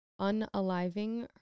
unaliving